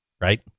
right